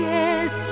Yes